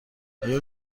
آیا